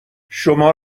شما